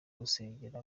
gusengera